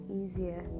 easier